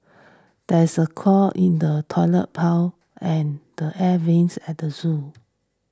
there is a clog in the Toilet Pipe and the Air Vents at the zoo